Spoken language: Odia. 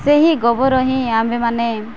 ସେହି ଗୋବର ହିଁ ଆମ୍ଭେମାନେ